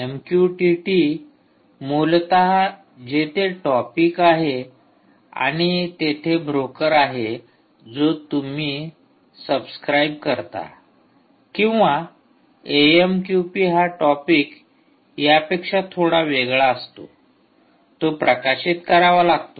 MQTT मूलतः जेथे topic आहे आणि तेथे ब्रोकर आहे जो तुम्ही सबस्क्राईब करता किंवा एएमक्यूपी हा टॉपिक यापेक्षा थोडा वेगळा असतो तो प्रकाशित करावा लागतो